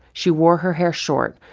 she wore her hair short,